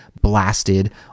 blasted